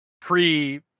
pre